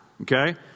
Okay